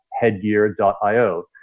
headgear.io